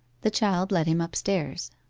the child led him upstairs.